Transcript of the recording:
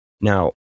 Now